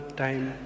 time